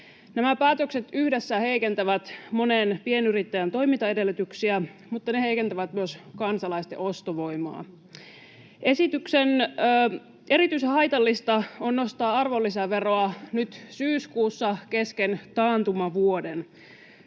Nämä päätökset yhdessä heikentävät monen pienyrittäjän toimintaedellytyksiä, mutta ne heikentävät myös kansalaisten ostovoimaa. Erityisen haitallista on nostaa arvonlisäveroa nyt syyskuussa kesken taantumavuoden.